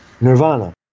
nirvana